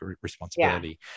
responsibility